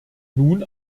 nun